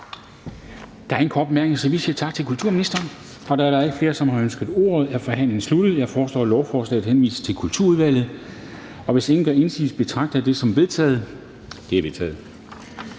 Der er ingen korte bemærkninger, så vi siger tak til kulturministeren. Da der ikke er flere, der har ønsket ordet, er forhandlingen sluttet. Jeg foreslår, at lovforslaget henvises til Kulturudvalget. Hvis ingen gør indsigelse, betragter jeg det som vedtaget. Det er vedtaget.